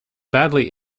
badly